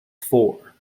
four